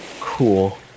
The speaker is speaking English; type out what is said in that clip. Cool